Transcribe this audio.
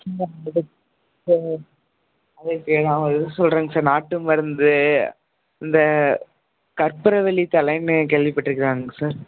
நான் எதுக்கு சொல்லுறேங்க சார் நாட்டு மருந்து இந்த கற்பூரவல்லித் தலைன்னு கேள்விப்பட்டுருக்கீங்களாங்க சார்